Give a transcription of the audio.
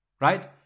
right